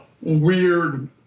weird